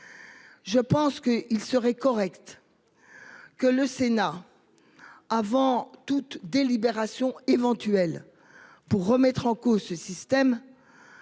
Je pense qu'il serait correct. Que le Sénat. Avant toute délibération éventuelle. Pour remettre en cause ce système.